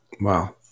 wow